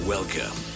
Welcome